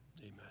amen